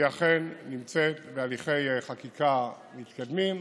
והיא אכן נמצאת בהליכי חקיקה מתקדמים,